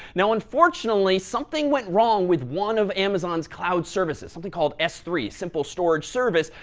now unfortunately, something went wrong with one of amazon's cloud services, something called s three, simple storage service.